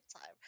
time